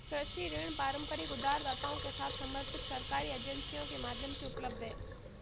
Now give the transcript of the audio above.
कृषि ऋण पारंपरिक उधारदाताओं के साथ समर्पित सरकारी एजेंसियों के माध्यम से उपलब्ध हैं